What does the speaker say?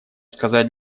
сказать